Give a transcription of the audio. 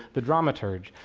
the dramaturge.